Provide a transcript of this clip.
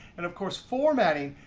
and of course formatting.